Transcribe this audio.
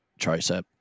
tricep